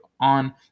on